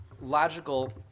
logical